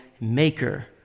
maker